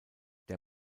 der